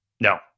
No